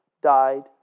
died